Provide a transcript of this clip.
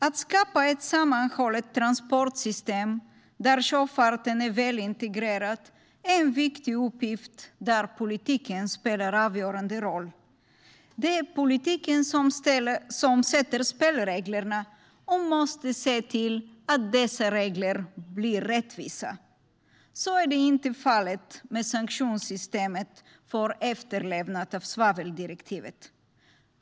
Att skapa ett sammanhållet transportsystem, där sjöfarten är välintegrerad, är en viktig uppgift där politiken spelar en avgörande roll. Det är politiken som sätter spelreglerna, och man måste se till att dessa regler blir rättvisa. Så är inte fallet med sanktionssystemet för efterlevnad av svaveldirektivet.